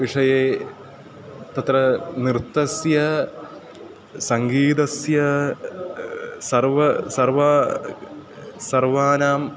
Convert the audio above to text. विषये तत्र नृत्तस्य सङ्गीतस्य सर्वे सर्वेषां सर्वेषां